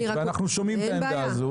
ואנחנו שומעים את העמדה הזאת,